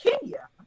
Kenya